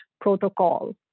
protocol